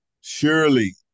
Surely